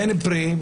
אין פרי.